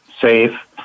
safe